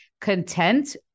content